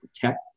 protect